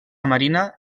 marina